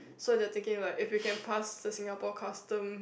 so they are thinking like if you can pass the Singapore custom